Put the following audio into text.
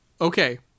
Okay